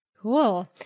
Cool